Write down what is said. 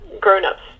grown-ups